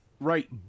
Right